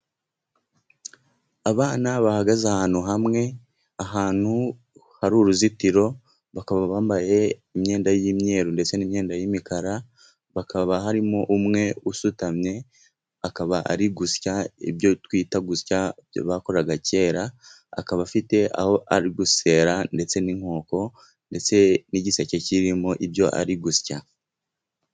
Abana bahagaze ahantu hamwe ahantu hari uruzitiro bakaba bambaye imyenda y'imyeru, ndetse n'imyenda y'imikara, habakaba harimo umwe usutamye akaba ari gusa. Ibyo twita gusya bakoraga kera akaba afite aho ari gusera ndetse n'inkoko, ndetse n'igiseke kirimo ibyo ari gusa.